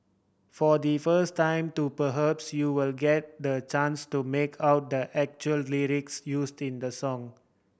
for the first time too perhaps you will get the chance to make out the actual lyrics used in the song